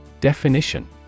Definition